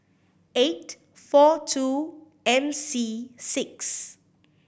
eight four two M C six